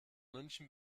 münchen